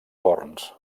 forns